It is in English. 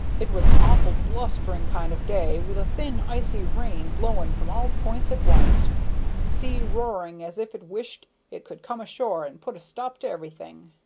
it was an awful blustering kind of day, with a thin icy rain blowing from all points at once sea roaring as if it wished it could come ashore and put a stop to everything.